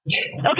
Okay